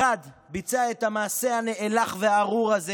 אחד ביצע את המעשה הנאלח והארור הזה,